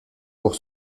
pour